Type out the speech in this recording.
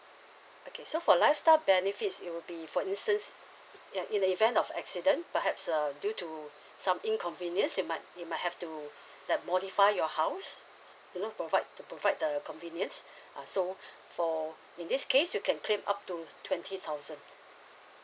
okay so for lifestyle benefits it will be for instance uh in the event of accident perhaps uh due to some inconvenience you might you might have to that modify your house you know provide to provide the convenience uh so for in this case you can claim up to twenty thousand